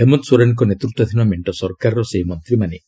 ହେମନ୍ତ ସୋରେନଙ୍କ ନେତୃତ୍ୱାଧୀନ ମେଣ୍ଟ ସରକାରର ସେହି ମନ୍ତ୍ରୀମାନେ